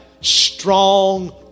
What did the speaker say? strong